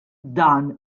dan